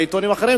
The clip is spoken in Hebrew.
בעיתונים אחרים,